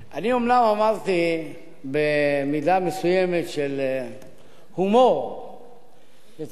אני אומנם אמרתי במידה מסוימת של הומור שצריך